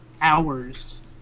hours